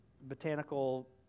botanical